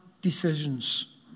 decisions